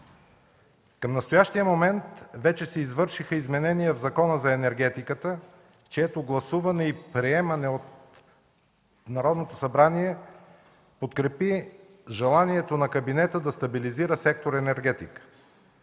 Към настоящия момент вече се извършиха изменения в Закона за енергетиката, чието гласуване и приемане от Народното събрание, подкрепи желанието на кабинета да стабилизира сектор „Енергетика“.